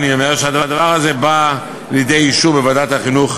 אני אומר שהדבר הזה בא לידי אישור בוועדת החינוך,